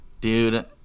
Dude